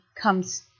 comes